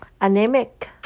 anemic